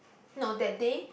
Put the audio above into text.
no that day